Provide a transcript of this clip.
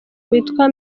witwa